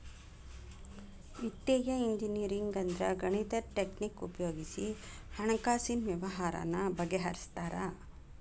ವಿತ್ತೇಯ ಇಂಜಿನಿಯರಿಂಗ್ ಅಂದ್ರ ಗಣಿತದ್ ಟಕ್ನಿಕ್ ಉಪಯೊಗಿಸಿ ಹಣ್ಕಾಸಿನ್ ವ್ಯವ್ಹಾರಾನ ಬಗಿಹರ್ಸ್ತಾರ